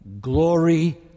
Glory